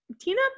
Tina